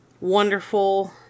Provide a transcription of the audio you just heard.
wonderful